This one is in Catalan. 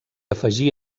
afegí